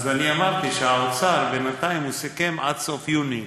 אז אני אמרתי שהאוצר בינתיים סיכם עד סוף יוני.